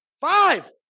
Five